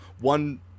One